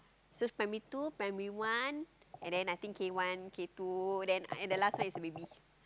so primary two primary one and then I think K-one K-two then and the last one is baby